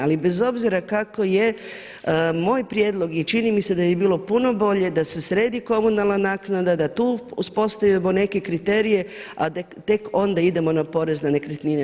Ali bez obzira kako je, moj prijedlog i čini mi se da bi bio puno bolje da se sredi komunalna naknada, da tu uspostavimo neke kriterije a da tek onda idemo na porez na nekretnine.